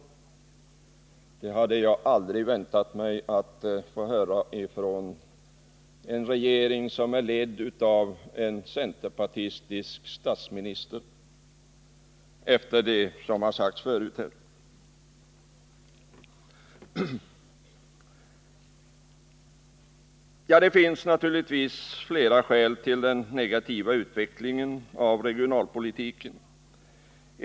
Efter vad som sagts förut hade jag aldrig väntat mig någonting sådant ifrån en regering som är ledd av en centerpartistisk statsminister. Det finns naturligtvis flera skäl till den negativa utvecklingen av regionalpolitiken.